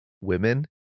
Women